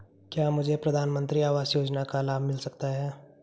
क्या मुझे प्रधानमंत्री आवास योजना का लाभ मिल सकता है?